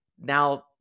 now